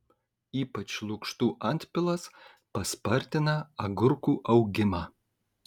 ypač lukštų antpilas paspartina agurkų augimą